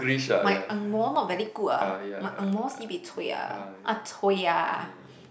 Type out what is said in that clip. my angmoh not very good ah my angmoh sibeh cui ah ah cui ah